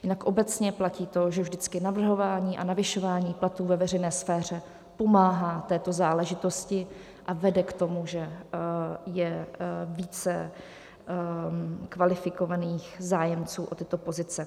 Jinak obecně platí to, že vždycky navrhování a navyšování platů ve veřejné sféře pomáhá této záležitosti a vede k tomu, že je více kvalifikovaných zájemců o tyto pozice.